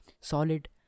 solid